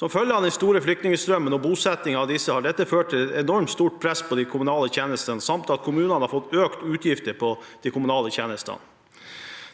som følge av den store flyktningstrømmen og bosetting av disse flyktningene. Dette har ført til et enormt stort press på de kommunale tjenestene samt at kommunene har fått økte utgifter til de kommunale tjenestene.